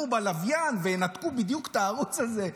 בלוויין וינתקו בדיוק את הערוץ הזה.